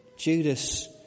Judas